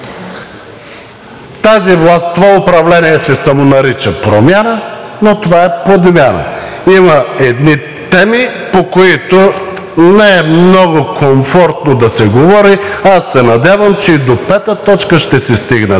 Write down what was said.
това управление се самонарича промяна, но това е подмяна. Има едни теми, по които не е много комфортно да се говори. Надявам се, че и до пета точка ще се стигне днес,